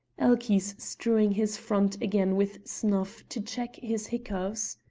elchies strewing his front again with snuff to check his hiccoughs.